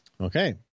Okay